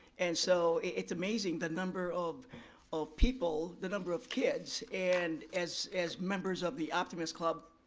and so it's amazing the number of of people, the number of kids, and as as members of the optimist club,